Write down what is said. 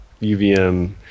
UVM